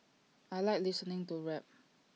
I Like listening to rap